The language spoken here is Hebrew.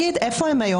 איפה הם היום?